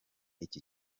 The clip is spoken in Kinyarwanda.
iki